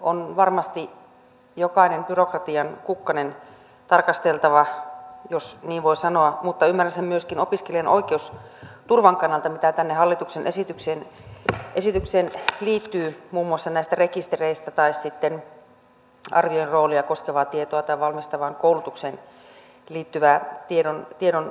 on varmasti jokainen byrokratian kukkanen tarkasteltava jos niin voi sanoa mutta ymmärrän sen myöskin opiskelijan oikeusturvan kannalta mitä tähän hallituksen esitykseen liittyy muun muassa nämä rekisterit tai sitten arvioijan roolia koskevan tiedon tai valmistavaan koulutukseen liittyvän tiedon säilyttäminen